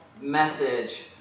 message